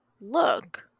look